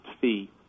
fee